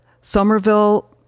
Somerville